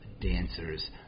dancers